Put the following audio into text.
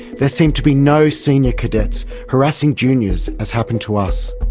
there seemed to be no senior cadets harassing juniors, as happened to us.